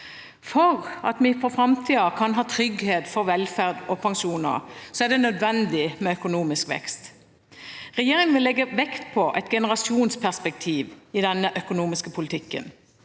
For at vi for framtiden kan ha trygghet for velferd og pensjoner, er det nødvendig med økonomisk vekst. Regjeringen vil legge vekt på et generasjonsperspektiv i den økonomiske politikken.